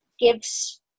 gives